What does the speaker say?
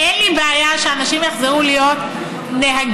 אין לי בעיה שאנשים יחזרו להיות נהגים,